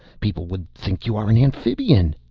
people would think you are an amphibian!